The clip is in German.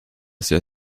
sehr